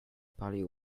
parler